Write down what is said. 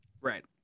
Right